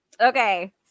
okay